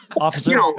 Officer